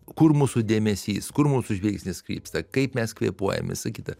kur mūsų dėmesys kur mūsų žvilgsnis krypsta kaip mes kvėpuojam visa kita